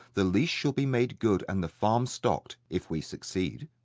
the lease shall be made good and the farm stocked, if we succeed.